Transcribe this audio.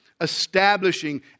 establishing